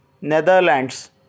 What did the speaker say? Netherlands